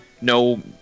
no